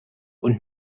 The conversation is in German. und